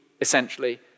essentially